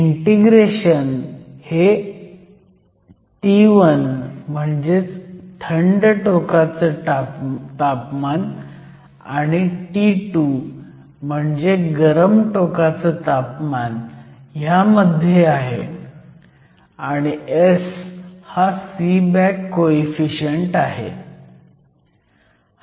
integration हे T1 म्हणजेच थंड टोकाचं तापमान आणि T2 म्हणजे गरम टोकाचं तापमान ह्यामध्ये आहे आणि S हा सीबॅक कोईफिशियंट आहे